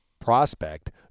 prospect